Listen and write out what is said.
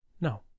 no